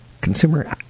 Consumer